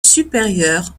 supérieures